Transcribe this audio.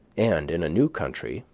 and in a new country,